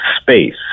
space